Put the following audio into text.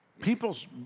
People's